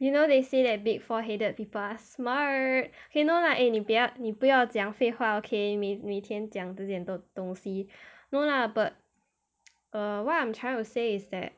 you know they say that big foreheaded people are smart okay no lah eh 你不要你不要讲废话 okay 每每天讲这些东西 no lah but err what I'm trying to say is that